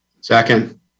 Second